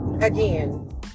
again